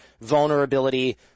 vulnerability